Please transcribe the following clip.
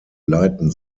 leiten